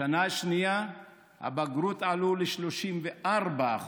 בשנה השנייה הבגרויות עלו ל-34%